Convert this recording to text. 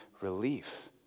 relief